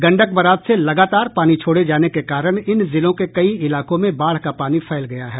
Gandak barrage से लगातार पानी छोड़े जाने के कारण इन जिलों के कई इलाकों में बाढ़ का पानी फैल गया है